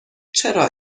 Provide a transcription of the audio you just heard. چرا